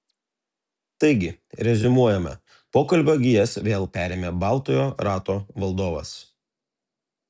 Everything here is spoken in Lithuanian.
taigi reziumuojame pokalbio gijas vėl perėmė baltojo rato valdovas